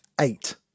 eight